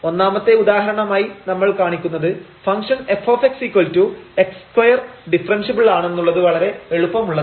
ഒന്നാമത്തെ ഉദാഹരണമായി നമ്മൾ കാണിക്കുന്നത് ഫംഗ്ഷൻ fx2 ഡിഫറെൻഷ്യബിൾ ആണെന്നുള്ളത് വളരെ എളുപ്പമുള്ളതാണ്